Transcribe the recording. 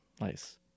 Nice